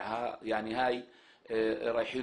לצערי הרב, לפעמים